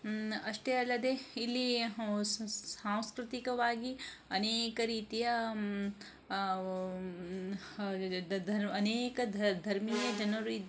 ಅಷ್ಟೇ ಅಲ್ಲದೇ ಇಲ್ಲಿ ಸಾಂಸ್ಕೃತಿಕವಾಗಿ ಅನೇಕ ರೀತಿಯ ಧ ಧ ಅನೇಕ ಧರ್ಮೀಯ ಜನರು ಇದ್ದಾರೆ